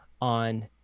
on